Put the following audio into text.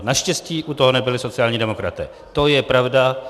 Naštěstí u toho nebyli sociální demokraté, to je pravda.